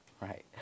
right